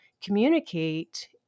communicate